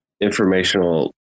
informational